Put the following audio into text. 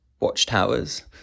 watchtowers